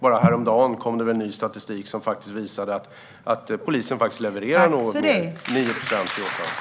Bara häromdagen kom ny statistik som visar att polisen faktiskt levererar något mer, 9 procent, till åklagare.